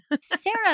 Sarah